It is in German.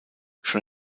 schon